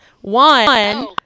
One